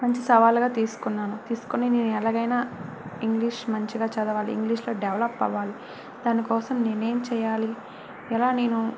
మంచి సవాలుగా తీసుకున్నాను తీసుకుని నేను ఎలాగైనా ఇంగ్లీష్ మంచిగా చదవాలి ఇంగ్లీష్లో డెవలప్ అవ్వాలి దాని కోసం నేను ఏం చేయాలి ఎలా నేను